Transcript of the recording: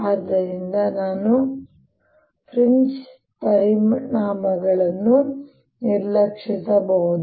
ಆದ್ದರಿಂದ ನಾನು ಫ್ರಿಂಜ್ ಪರಿಣಾಮಗಳನ್ನು ನಿರ್ಲಕ್ಷಿಸಬಹುದು